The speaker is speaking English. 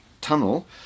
tunnel